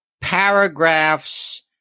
paragraphs